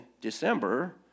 December